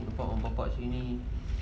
umpan bapa sendiri